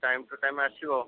time to time ଆସିବ